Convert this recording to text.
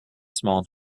small